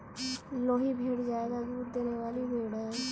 लोही भेड़ ज्यादा दूध देने वाली भेड़ है